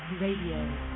Radio